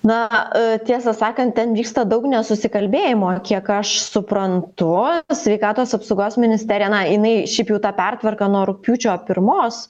na tiesą sakant ten vyksta daug nesusikalbėjimo kiek aš suprantu sveikatos apsaugos ministerija na jinai šiaip jau tą pertvarką nuo rugpjūčio pirmos